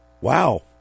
Wow